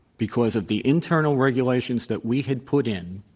because of the internal regulations that we had put in,